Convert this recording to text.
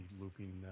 looping